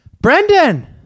Brendan